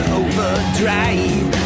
overdrive